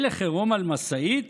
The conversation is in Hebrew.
מלך עירום על משאית